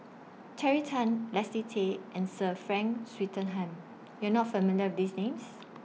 Terry Tan Leslie Tay and Sir Frank Swettenham YOU Are not familiar with These Names